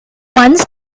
months